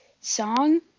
song